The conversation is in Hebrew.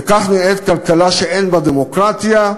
וכך נראית כלכלה שאין בה דמוקרטיה,